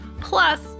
Plus